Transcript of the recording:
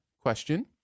question